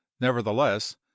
nevertheless